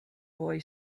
boy